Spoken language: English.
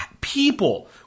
people